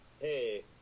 hey